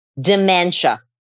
dementia